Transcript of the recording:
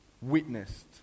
witnessed